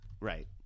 Right